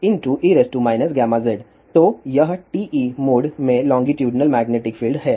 तो यह TE mode में लोंगीट्यूडिनल मैग्नेटिक फील्ड है